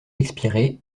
expirée